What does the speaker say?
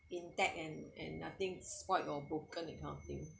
intact and and nothing spoiled and broken that kind of thing